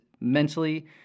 mentally